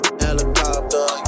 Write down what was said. helicopter